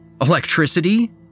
Electricity